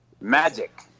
magic